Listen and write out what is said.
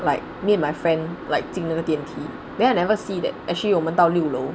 like me and my friend like 进那个电梯 then I never see that actually 我们到六楼